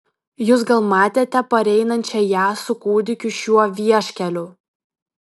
jūs gal matėte pareinančią ją su kūdikiu šiuo vieškeliu